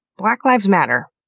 black lives matter.